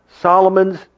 Solomon's